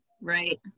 right